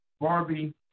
Barbie